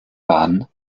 waren